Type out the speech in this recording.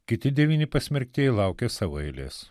kiti devyni pasmerktieji laukė savo eilės